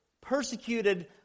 persecuted